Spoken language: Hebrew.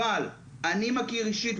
אבל אני מכיר אישית,